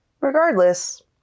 Regardless